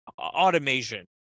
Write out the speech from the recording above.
automation